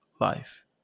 life